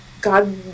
God